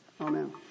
Amen